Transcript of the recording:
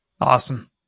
Awesome